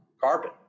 carbon